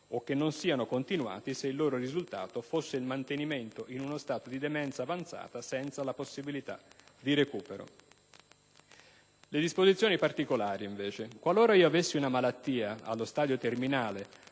e non siano continuati se il loro risultato fosse il mantenimento in uno stato di demenza avanzata senza possibilità di recupero. Con riferimento alle disposizioni particolari dispongo che, qualora avessi una malattia allo stadio terminale